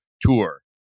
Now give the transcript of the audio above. tour